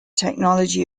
technology